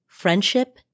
friendship